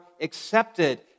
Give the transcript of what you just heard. accepted